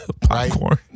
Popcorn